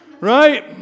right